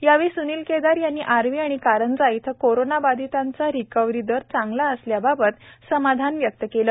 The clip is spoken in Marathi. यावेळी स्निल केदार यांनी आर्वी व कारंजा येथे कोरोना बाधिताचा रिकव्हरी दर चांगला असल्याबाबत समाधान व्यक्त केले